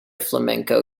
flamenco